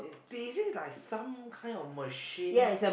they say like some kind of machines